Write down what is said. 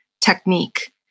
technique